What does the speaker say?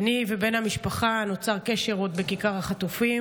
ביני ובין המשפחה נוצר קשר עוד בכיכר החטופים.